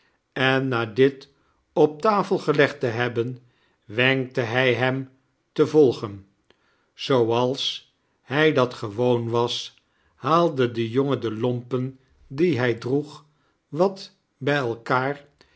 en na dit op tafel gelegd te hebben wenkte hij hem te volgen zooals hij dat gewoon was haalde de jongen de lompen die hij droeg wat bij elkaar